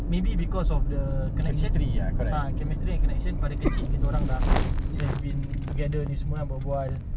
maybe because of the connection ah mystery and connection pada kecil kita orang dah have been together this semua berbual